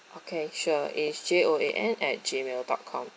okay sure it's J O A N at gmail dot com